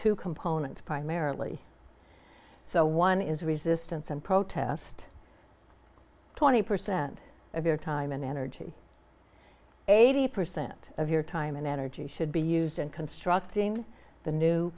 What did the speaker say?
two components primarily so one is resistance and protest twenty percent of your time and energy eighty percent of your time and energy should be used in constructing the new